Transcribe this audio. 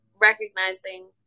recognizing